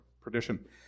perdition